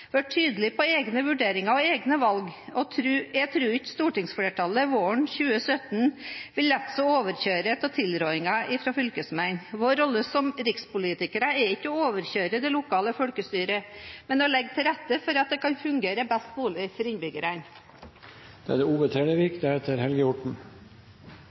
vær tydelige på egne vurderinger og egne valg. Jeg tror ikke stortingsflertallet våren 2017 vil la seg overkjøre av tilrådinger fra fylkesmenn. Vår rolle som rikspolitikere er ikke å overkjøre det lokale folkestyret, men å legge til rette for at det kan fungere best mulig for